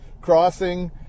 crossing